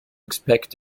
expect